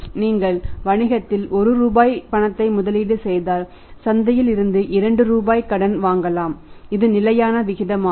நீங்கள் வணிகத்தில் 1 ரூபாய் பணத்தை முதலீடு செய்தால் சந்தையில் இருந்து 2 ரூபாய் கடன் வாங்கலாம் இது நிலையான விகிதமாகும்